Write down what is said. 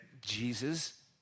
Jesus